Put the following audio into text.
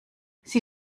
sie